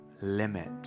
limit